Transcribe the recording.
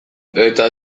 eta